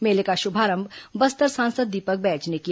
मेले का शुभारंभ बस्तर सांसद दीपक बैज ने किया